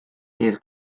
dydd